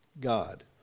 God